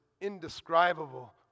indescribable